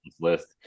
list